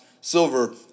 Silver